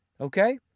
okay